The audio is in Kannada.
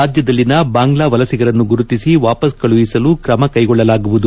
ರಾಜ್ಯದಲ್ಲಿನ ಬಾಂಗ್ಲಾ ವಲಸಿಗರನ್ನು ಗುರುತಿಸಿ ವಾಪಸ್ ಕಳುಹಿಸಲು ತ್ರಮಕೈಗೊಳ್ಳಲಾಗುವುದು